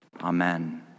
Amen